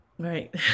Right